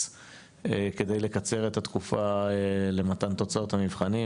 כדי לקצר את התקופה למתן תוצאות המבחנים,